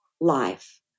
life